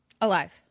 alive